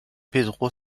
pedro